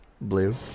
Blue